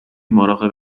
مراقب